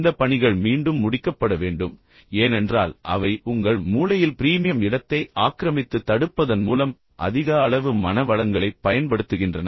இந்த பணிகள் மீண்டும் முடிக்கப்பட வேண்டும் ஏனென்றால் அவை உங்கள் மூளையில் பிரீமியம் இடத்தை ஆக்கிரமித்து தடுப்பதன் மூலம் அதிக அளவு மன வளங்களைப் பயன்படுத்துகின்றன